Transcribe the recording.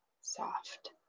soft